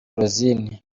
rosine